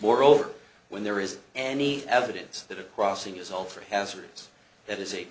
moreover when there is any evidence that a crossing is all for hazards that is a